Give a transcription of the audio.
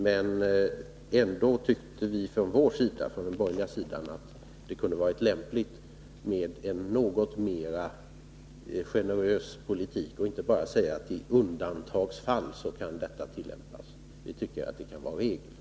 Men vi tyckte ändå från den borgerliga sidan att det kunde ha varit lämpligt med en något mer generös politik, så att man inte bara säger att en tillämpning av 20-årsregeln skall kunna ske i undantagsfall — vi tycker att det kan vara regel.